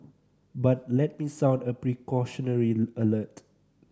but let me sound a precautionary alert